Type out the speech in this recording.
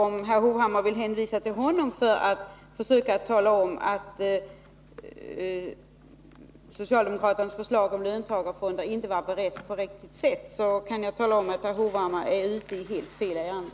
Om herr Hovhammar vill hänvisa till honom för att försöka tala om att socialdemokraternas förslag till löntagarfonder inte var utformat på rätt sätt, kan jag upplysa om att herr Hovhammar är ute i fel ärende.